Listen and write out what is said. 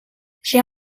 j’ai